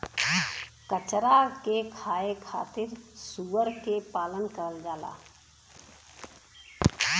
कचरा के खाए खातिर सूअर के पालन करल जाला